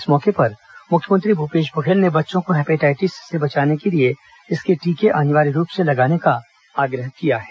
इस मौके पर मुख्यमंत्री भूपेश बघेल ने बच्चों को हेपेटाइसिस से बचाने के लिए इसके टीके अनिवार्य रूप से लगाने का आग्रह किया है